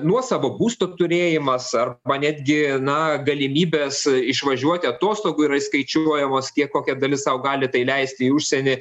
nuosavo būsto turėjimas arba netgi na galimybės išvažiuoti atostogų yra įskaičiuojamos kiek kokia dalis sau gali tai leisti į užsienį